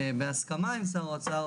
בהסכמה עם שר האוצר,